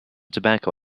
tobacco